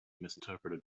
misinterpreted